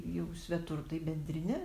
jau svetur tai bendrine